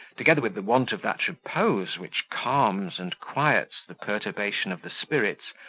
together with the want of that repose which calms and quiets the perturbation of the spirits,